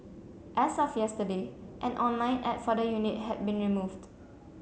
as of yesterday an online ad for the unit had been removed